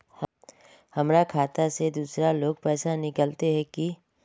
हमर खाता से दूसरा लोग पैसा निकलते है की?